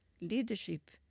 leadership